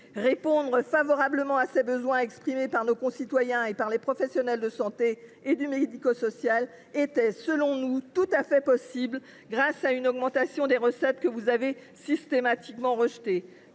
Répondre favorablement aux besoins exprimés par nos concitoyens et par les professionnels de santé et du médico social était, selon nous, tout à fait possible grâce à une augmentation des recettes, que vous avez systématiquement rejetée.